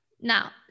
Now